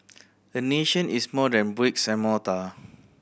a nation is more than bricks and mortar